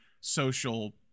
social